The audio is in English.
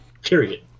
period